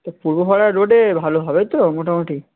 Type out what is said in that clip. তা পূর্বপাড়া রোডে ভালো হবে তো মোটামোটি